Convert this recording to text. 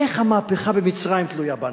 איך המהפכה במצרים תלויה בנו,